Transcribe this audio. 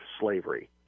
slavery